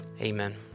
Amen